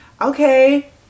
Okay